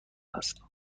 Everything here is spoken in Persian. است